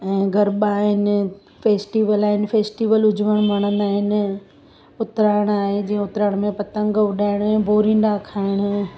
ऐं गरबा आहिनि फेस्टिवल आहिनि फेस्टिवल उजवण वणंदा आहिनि उतराइण आहे जीअं उतराइण में पतंग उॾाइणु बोरींडा खाइणु